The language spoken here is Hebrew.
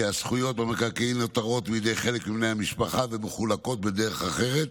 כי הזכויות במקרקעין נותרות בידי חלק מבני המשפחה ומחולקות בדרך אחרת.